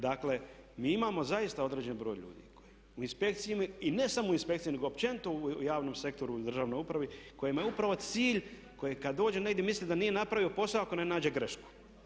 Dakle, mi imamo zaista određen broj ljudi u inspekcijama i ne samo u inspekcijama nego općenito u javnom sektoru ili državnoj upravi kojima je upravo cilj koji kad dođe negdje misli da nije napravio posao ako ne nađe grešku.